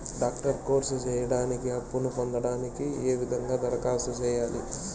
Doctor course సేయడానికి అప్పును పొందడానికి ఏ విధంగా దరఖాస్తు సేయాలి?